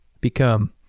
become